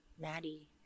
Maddie